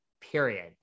period